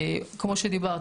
כמו שדיברת,